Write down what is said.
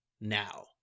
now